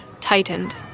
tightened